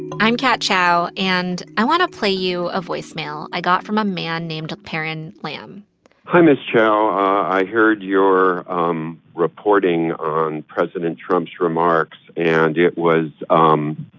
i'm kat chow, and i want to play you a voicemail i got from a man named paran lamb hi, ms. chow. i heard your um reporting on president trump's remarks, and it was um